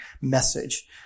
message